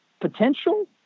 potential